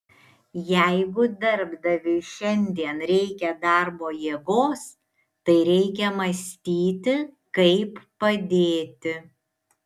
jeigu darbdaviui šiandien reikia darbo jėgos tai reikia mąstyti kaip padėti